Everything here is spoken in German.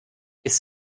ist